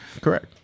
Correct